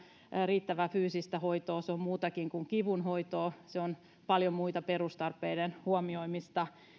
riittävää fyysistä hoitoa se on muutakin kuin kivunhoitoa se on paljon muiden perustarpeiden huomioimista